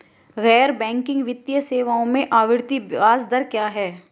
गैर बैंकिंग वित्तीय सेवाओं में आवर्ती ब्याज दर क्या है?